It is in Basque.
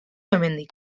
hemendik